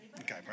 Okay